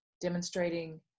demonstrating